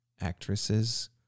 actresses